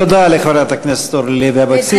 תודה לחברת הכנסת אורלי לוי אבקסיס.